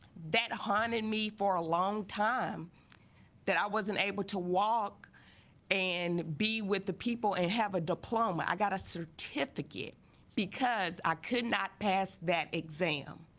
that haunted me for a long time that i wasn't able to walk and be with the people and have a diploma i got a certificate because i could not pass that exam